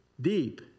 deep